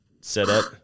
setup